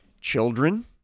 Children